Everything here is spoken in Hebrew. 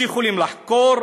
הם יכולים לחקור,